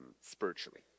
spiritually